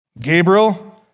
Gabriel